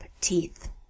teeth